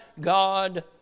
God